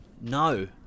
No